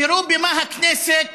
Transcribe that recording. תראו במה הכנסת